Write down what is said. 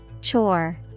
Chore